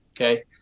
Okay